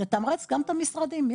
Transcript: לתמרץ גם את המשרדים.